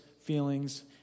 feelings